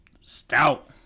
stout